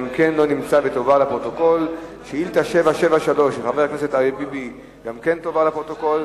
נמצא, היא תועבר לפרוטוקול.